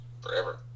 forever